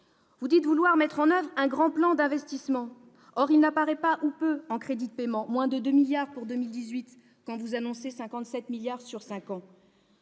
Vous dites vouloir mettre en oeuvre un Grand plan d'investissement. Or il n'apparaît pas, ou peu, en crédits de paiement : moins de 2 milliards d'euros pour 2018, quand vous annoncez 57 milliards d'euros